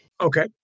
Okay